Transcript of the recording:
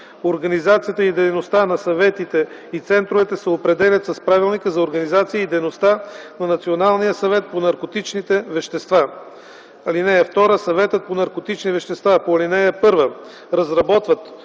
Организацията и дейността на съветите и центровете се определят с Правилника за организацията и дейността на Националния съвет по наркотичните вещества.